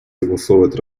согласовывать